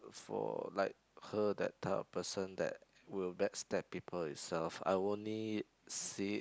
for like her that type of person that will back stab people itself I only see it